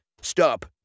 Stop